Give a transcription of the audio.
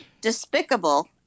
despicable